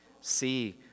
see